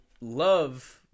love